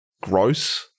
gross-